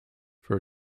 for